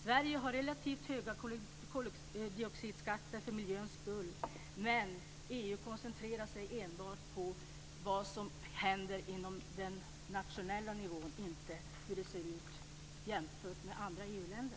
Sverige har relativt höga koldioxidskatter för miljöns skull, men EU koncentrerar sig enbart på vad som händer på internationell nivå, inte på hur det ser ut jämfört med andra EU-länder.